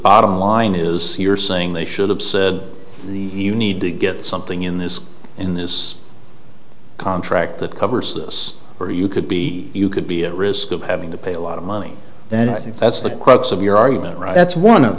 bottom line is you're saying they should have said the you need to get something in this in this contract that covers this or you could be you could be at risk of having to pay a lot of money then i think that's the crux of your argument that's one of